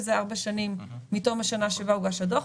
שזה ארבע שנים מתום השנה שבה הוגש הדוח.